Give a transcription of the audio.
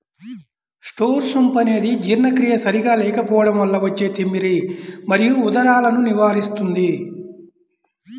star సోంపు అనేది జీర్ణక్రియ సరిగా లేకపోవడం వల్ల వచ్చే తిమ్మిరి మరియు ఉదరాలను నివారిస్తుంది